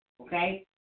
Okay